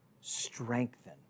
strengthen